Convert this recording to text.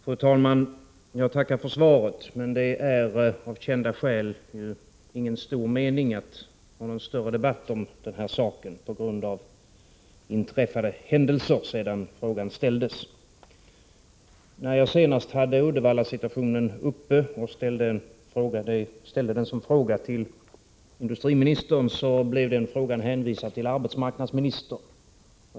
Fru talman! Jag tackar för svaret, men det är av kända skäl inte stor mening att ha någon mer omfattande debatt om den här saken på grund av inträffade händelser sedan frågan ställdes. När jag senast tog upp Uddevallasituationen och ställde frågan till industriministern blev jag hänvisad till arbetsmarknadsministern.